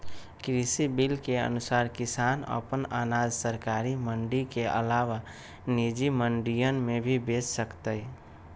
कृषि बिल के अनुसार किसान अपन अनाज सरकारी मंडी के अलावा निजी मंडियन में भी बेच सकतय